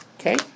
Okay